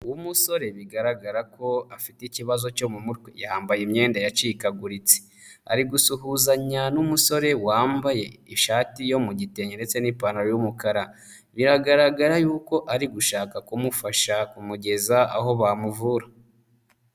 Umusore bigaragara ko afite ikibazo cyo mu mutwe. yambaye imyenda yacikaguritse, ari gusuhuzanya n'umusore wambaye ishati yo mu gitenge ndetse n'ipantaro y'umukara, biragaragara yuko ari gushaka kumufasha kumugeza aho bamuvura.